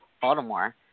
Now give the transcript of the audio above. Baltimore